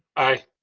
aye.